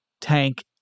tank